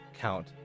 Count